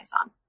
on